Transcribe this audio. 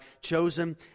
chosen